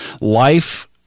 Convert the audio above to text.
Life